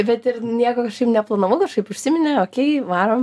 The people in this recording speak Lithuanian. bet ir nieko neplanavau kažkaip užsiminė okei varom